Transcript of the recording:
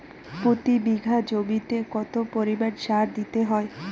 প্রতি বিঘা জমিতে কত পরিমাণ সার দিতে হয়?